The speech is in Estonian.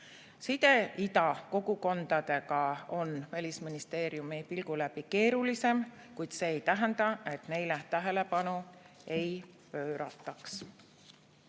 Side ida kogukondadega on Välisministeeriumi pilgu läbi keerulisem, kuid see ei tähenda, et neile tähelepanu ei pöörataks. Lähme